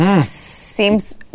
Seems